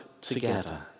together